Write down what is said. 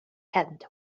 tent